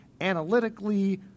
analytically